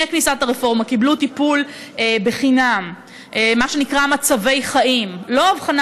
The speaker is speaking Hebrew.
כניסת הרפורמה קיבלו טיפול בחינם במה שנקרא "מצבי חיים" לא אבחנה